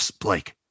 Blake